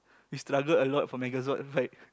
you struggled a lot for Megazord right